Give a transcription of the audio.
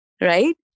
right